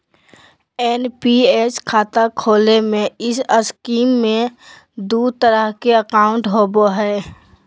NPS खाता खोले में इस स्कीम में दू तरह के अकाउंट होबो हइ